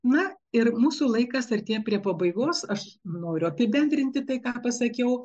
na ir mūsų laikas artėja prie pabaigos aš noriu apibendrinti tai ką pasakiau